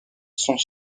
sont